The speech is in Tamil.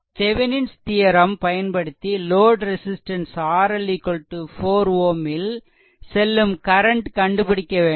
தெவெனிஸ் தியெரெம் Thevenin's theorem பயன்படுத்தி லோட் ரெசிஸ்ட்டன்ஸ் RL 4 Ω ல் செல்லும் கரண்ட் கண்டுபிடிக்க வேண்டும்